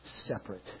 Separate